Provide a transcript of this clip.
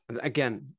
Again